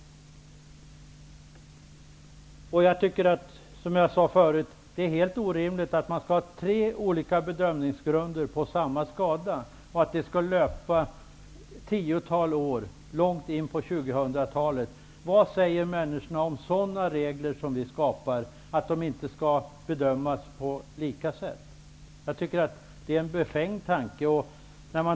Det är helt orimligt med tre olika bedömningsgrunder för samma skada och att tiden kan löpa i väg till långt in på 2000-talet. Vad säger människorna om att vi skapar sådana regler, att skadorna inte skall bedömas på samma sätt? Det är en befängd tanke.